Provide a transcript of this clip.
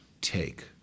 take